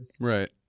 Right